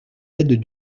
aides